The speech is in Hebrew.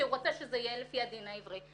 כי הוא רוצה שזה יהיה לפי הדין העברי.